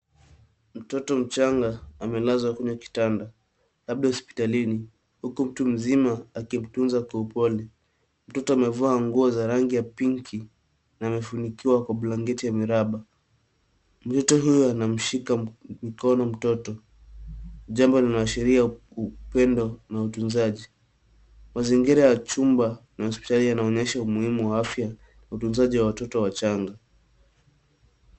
Mtoto mchanga, amelazwa kwenye kitanda, labda hospitalini, huku mtu mzima akimtunza kwa upole. Mtoto amevaa nguo za rangi ya pinki na amefunikiwa kwa blanketi ya miraba. Mtoto huyu anamshika mkono mtoto, jambo linaashiria kupendwa na utunzaji. Mazingira ya chumba na hospitali yanaonyesha umuhimu wa afya, utunzaji wa watoto wachanga.